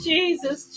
Jesus